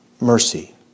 mercy